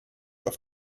auf